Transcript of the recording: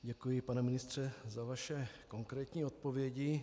Děkuji pane ministře za vaše konkrétní odpovědi.